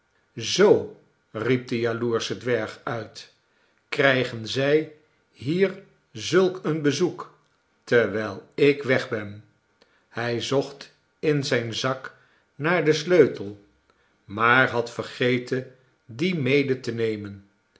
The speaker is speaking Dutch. zoo riep de jaloersche dwerg uit krijgen zij hier zulk een bezoek terwijl ik weg ben hij zocht in zijn zak naar den sleutel maar had vergeten dien mede te nemen